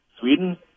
Sweden